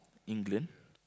England